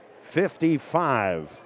55